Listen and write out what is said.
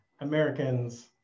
Americans